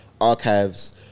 archives